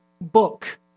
book